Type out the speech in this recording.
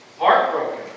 heartbroken